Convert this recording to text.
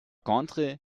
contre